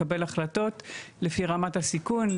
לקבל החלטות לפי רמת הסיכון,